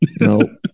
no